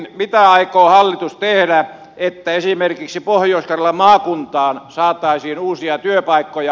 mitä aikoo hallitus tehdä että esimerkiksi pohjois karjalan maakuntaan saataisiin uusia työpaikkoja